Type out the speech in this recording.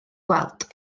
gweld